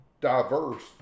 diverse